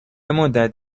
مدت